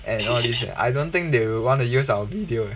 and all these I don't think they will want to use our video